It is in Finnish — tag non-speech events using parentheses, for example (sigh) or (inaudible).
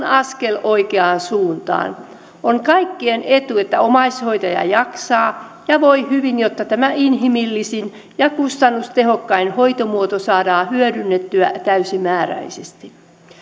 (unintelligible) askel oikeaan suuntaan on kaikkien etu että omaishoitaja jaksaa ja voi hyvin jotta tämä inhimillisin ja kustannustehokkain hoitomuoto saadaan hyödynnettyä täysimääräisesti